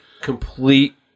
complete